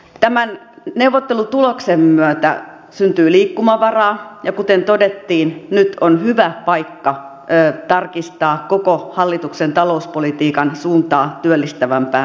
tämän neuvottelutuloksen myötä syntyy liikkumavaraa ja kuten todettiin nyt on hyvä paikka tarkistaa koko hallituksen talouspolitiikan suuntaa työllistävämpään suuntaan